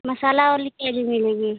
मसाले वाली चाय भी मिलेगी